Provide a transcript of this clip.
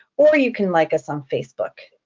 or you can like us on facebook.